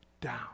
down